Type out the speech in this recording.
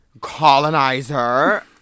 Colonizer